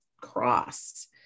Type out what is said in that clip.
cross